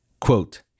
quote